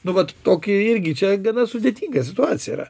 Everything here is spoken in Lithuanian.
nu vat toki irgi čia gana sudėtinga situacija yra